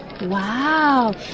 Wow